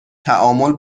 تعامل